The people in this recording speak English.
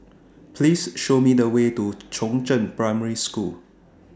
Please Show Me The Way to Chongzheng Primary School